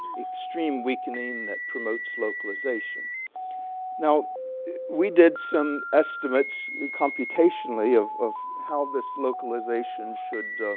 extreme weakening that promotes localization now we did some estimates computationally of of how this localization should